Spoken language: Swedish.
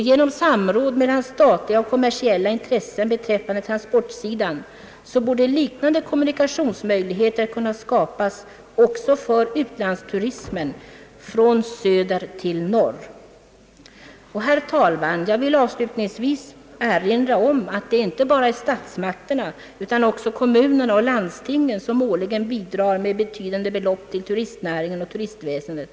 Genom samråd mellan statliga och komersiella intressen på transportsidan borde liknande kommunikationsmöjligheter kunna skapas också för utlandsturismen från söder till norr. Herr talman! Jag vill avslutningsvis erinra om att det inte bara är statsmakterna utan också kommunerna och landstingen som årligen bidrar med betydande belopp till turistnäringen och turistväsendet.